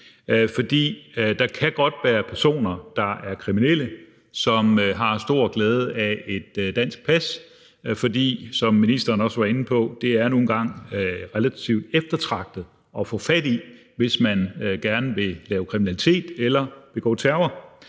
der kan godt være personer, der er kriminelle, som har stor glæde af et dansk pas. Som ministeren var inde på, er det nu engang relativt eftertragtet at få fat i det, hvis man gerne vil begå kriminalitet eller terror.